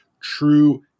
true